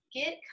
get